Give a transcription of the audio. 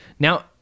Now